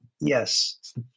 yes